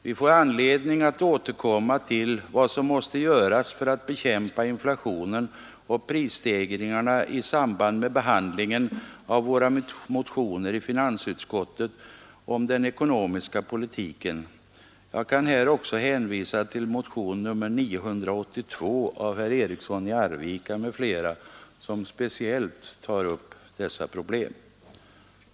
Vi får anledning att återkomma till vad som måste göras för att bekämpa inflationen och prisstegringarna i samband med behandlingen av våra motioner i finansutskottet om den ekonomiska politiken. Jag kan här också hänvisa till motionen nr 982 av herr Eriksson i Arvika m.fl. som speciellt tar upp dessa problem.